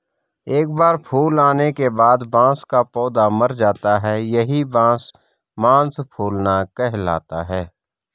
एक बार फूल आने के बाद बांस का पौधा मर जाता है यही बांस मांस फूलना कहलाता है